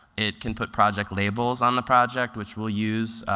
it can put project labels on the project which we'll use,